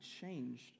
changed